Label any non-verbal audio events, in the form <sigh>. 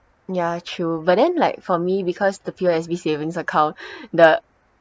ya true but then like for me because the P_O_S_B savings account <breath> the